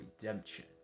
Redemption